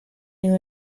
new